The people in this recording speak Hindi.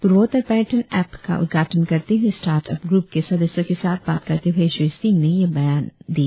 पूर्वोत्तर पर्यटन एप्प का उद्घाटन करते हुए स्टार्ट अप ग्रूप के सदस्यों के साथ बात करते हुए श्री सिंह ने यह बात कही